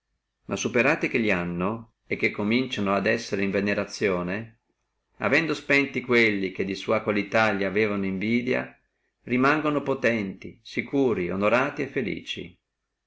ma superati che li hanno e che cominciano ad essere in venerazione avendo spenti quelli che di sua qualità li avevano invidia rimangono potenti securi onorati felici